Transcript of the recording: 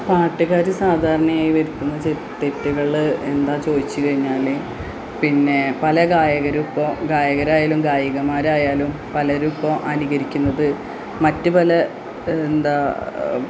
പാട്ടുകാർ സാധാരണയായി വരുത്തുന്ന ചെ തെറ്റുകൾ എന്താ ചോദിച്ചു കഴിഞ്ഞാൽ പിന്നെ പല ഗായകരും ഇപ്പോൾ ഗായകരായാലും ഗായികമാരായാലും പലരും ഇപ്പോൾ അനുകരിക്കുന്നത് മറ്റു പല എന്താ